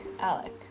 Alec